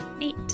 eight